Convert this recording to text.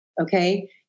okay